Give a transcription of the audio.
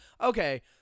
okay